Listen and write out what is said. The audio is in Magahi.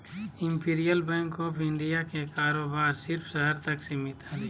इंपिरियल बैंक ऑफ़ इंडिया के कारोबार सिर्फ़ शहर तक सीमित हलय